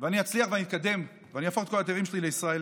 ואני אצליח ואני אתקדם ואני אהפוך את כל התארים שלי לישראליים.